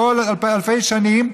בכל אלפי השנים,